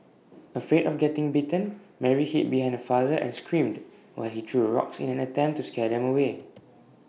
afraid of getting bitten Mary hid behind her father and screamed while he threw rocks in an attempt to scare them away